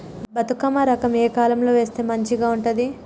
బతుకమ్మ రకం ఏ కాలం లో వేస్తే మంచిగా ఉంటది?